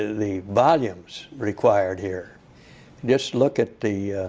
the volumes required here just look at the